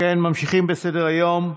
ממשיכים בסדר-היום.